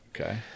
okay